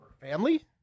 Family